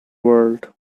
world